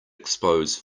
expose